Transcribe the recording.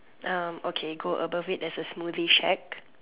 okay go above it there's a smoothie shack